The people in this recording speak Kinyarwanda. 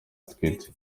atwite